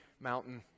mountain